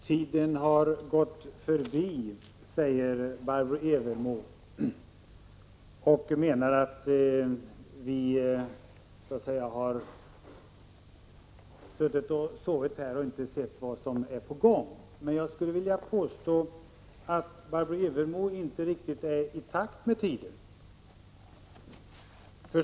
Fru talman! Tiden har gått förbi oss, säger Barbro Evermo, och menar att vi har suttit och sovit och inte sett vad som är på gång. Men jag skulle vilja påstå att det är Barbro Evermo som inte är riktigt i pakt med tiden.